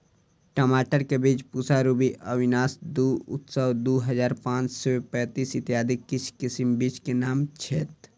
टमाटर केँ बीज पूसा रूबी, अविनाश दु, उत्सव दु हजार पांच सै पैतीस, इत्यादि किछ किसिम बीज केँ नाम छैथ?